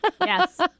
Yes